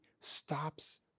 stops